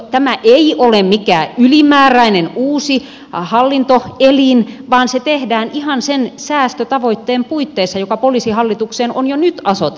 tämä ei ole mikään ylimääräinen uusi hallintoelin vaan se tehdään ihan sen säästötavoitteen puitteissa joka poliisihallitukseen on jo nyt asetettu